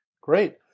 Great